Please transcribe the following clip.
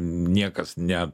niekas net